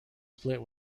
split